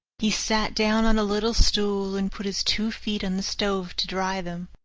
he sat down on a little stool and put his two feet on the stove to dry them.